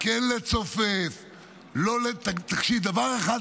כן לצופף, לא, מה זה קשור לחוק הזה?